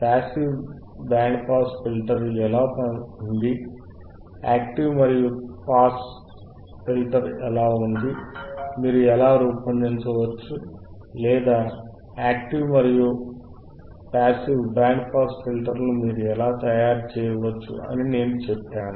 passive band pass filter ఎలా ఉంది active మరియు పాస్ ఫిల్టర్ ఎలా ఉంది మీరు ఎలా రూపొందించవచ్చు లేదా క్రియాశీల మరియు పాసివ్ బ్యాండ్ పాస్ ఫిల్టర్లను మీకు ఎలా తయారు చేయవచ్చు అని నేను చెప్పాను